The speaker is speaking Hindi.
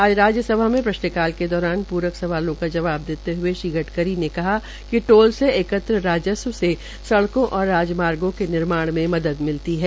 आज राज्यसभा में प्रश्न काल के दौरान प्रक सवालों का जवाब देते हए श्री गड़करी ने कहा कि टोल से एकत्र राज्स्व से सड़केां और राजमार्गो के निर्माण में मदद मिलती है